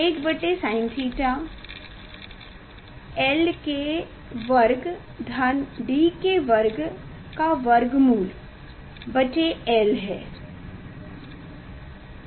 1 बटे Sin𝛉 l के वर्ग धन D के वर्ग का वर्गमूल बटे l है